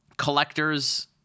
collectors